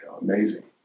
amazing